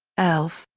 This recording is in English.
elf,